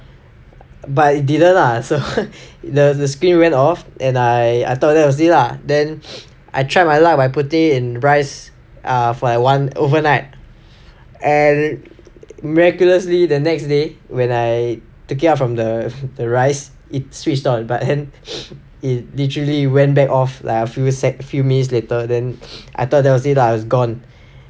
but it didn't lah so the screen went off and I thought that was it lah then I try my luck by putting in rice uh I overnight and miraculously the next day when I took it out from the the rice it switched on but then it literally went back off like a few minutes later then I thought that was it ah it was gone